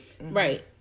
Right